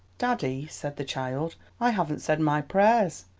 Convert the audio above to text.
daddy, said the child, i haven't said my prayers.